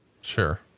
Sure